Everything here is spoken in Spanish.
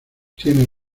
tiene